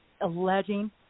alleging